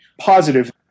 positive